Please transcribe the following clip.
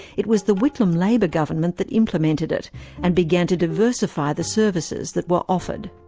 it was the whitlam labor government that implemented it and began to diversify the services that were offered.